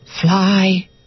fly